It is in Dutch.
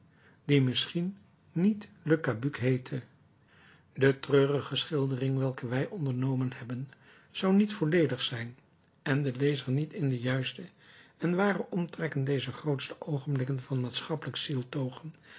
die misschien niet le cabuc heette de treurige schildering welke wij ondernomen hebben zou niet volledig zijn en den lezer niet in de juiste en ware omtrekken deze grootsche oogenblikken van maatschappelijk zieltogen en